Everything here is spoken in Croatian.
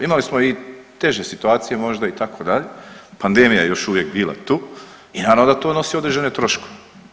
Imali smo i teže situacije možda itd., pandemija je još uvijek bila tu i naravno da to nosi određene troškove.